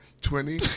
twenty